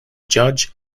judge